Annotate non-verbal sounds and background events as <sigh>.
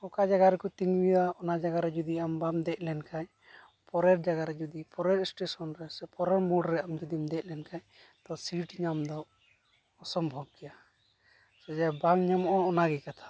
ᱚᱠᱟ ᱡᱟᱜᱟ ᱨᱮᱠᱚ ᱛᱤᱸᱜᱩᱭᱟ ᱚᱱᱟ ᱡᱟᱜᱟᱨᱮ ᱡᱩᱫᱤ ᱟᱢ ᱵᱟᱢ ᱫᱮᱡᱞᱮᱱ ᱠᱷᱟᱱ ᱯᱚᱨᱮᱨ ᱡᱟᱜᱟᱨᱮ ᱡᱩᱫᱤ ᱯᱚᱨᱮᱨ ᱮᱥᱴᱮᱥᱚᱱ ᱨᱮ ᱥᱮ ᱯᱚᱨᱮᱨ ᱢᱳᱲᱨᱮ ᱟᱢ ᱡᱩᱫᱤᱢ ᱫᱮᱡᱞᱮᱱ ᱠᱷᱟᱱ ᱥᱤᱴ ᱧᱟᱢᱫᱚ ᱚᱥᱚᱢᱵᱷᱚᱵᱽ ᱜᱮᱭᱟ <unintelligible> ᱵᱟᱝ ᱧᱟᱢᱚᱜᱼᱟ ᱚᱱᱟᱜᱮ ᱠᱟᱛᱷᱟ